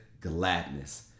gladness